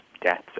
deaths